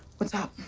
what's up?